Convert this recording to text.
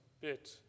bit